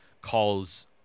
calls